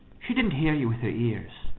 she didn't hear you with her ears.